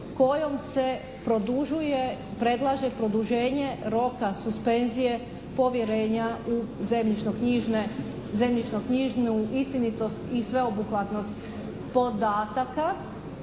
kojom se produžuje, predlaže produženje roka suspenzije povjerenja u zemljišno-knjižnu istinitost i sveobuhvatnost podataka.